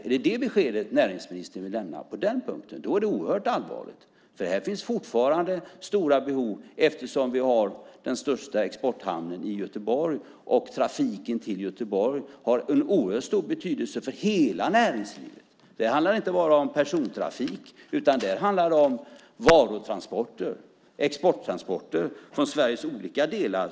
Om det är detta besked som näringsministern vill lämna på den punkten är det oerhört allvarligt. Här finns det nämligen fortfarande stora behov eftersom vi har den största exporthamnen i Göteborg, och trafiken till Göteborg har en oerhört stor betydelse för hela näringslivet. Det handlar inte bara om persontrafik, utan det handlar om varutransporter - exporttransporter - från Sveriges olika delar.